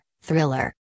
Thriller